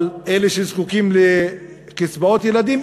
אבל אלה שזקוקים לקצבאות ילדים,